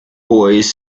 boys